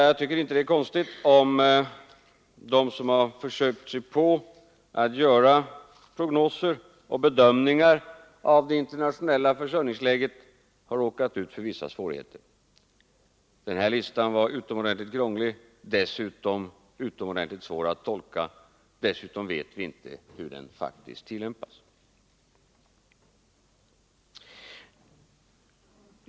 Jag tycker inte att det är konstigt att de som försökt sig på att göra prognoser och bedömningar av det internationella försörjningsläget råkat ut för vissa svårigheter. Den här listan var utomordentligt krånglig, dessutom mycket svår att tolka. Därtill kommer att vi inte vet hur den faktiskt tillämpas.